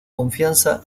confianza